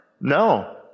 No